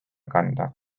kanda